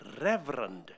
reverend